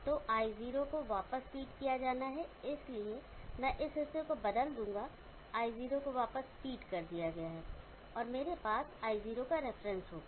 तो i0 को वापस फीड किया जाना है इसलिए मैं इस हिस्से को बदल दूंगा i0 को वापस फीड कर दिया गया है और मेरे पास i0 का रेफरेंस होगा